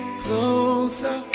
closer